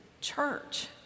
church